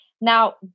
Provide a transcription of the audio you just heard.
Now